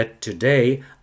today